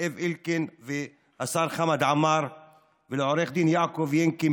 זאב אלקין והשר חמד עמאר ולעו"ד יעקב ינקי,